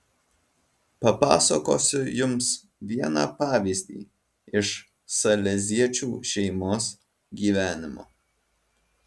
papasakosiu jums vieną pavyzdį iš saleziečių šeimos gyvenimo